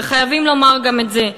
וחייבים לומר גם את זה,